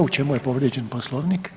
U čemu je povrijeđen Poslovnik?